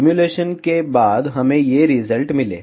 simulation के बाद हमें ये रिजल्ट मिले